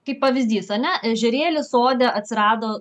kaip pavyzdys ane ežerėlių sode atsirado